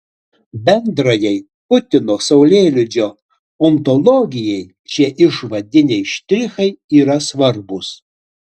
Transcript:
bendrajai putino saulėlydžio ontologijai šie išvadiniai štrichai yra svarbūs